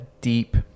deep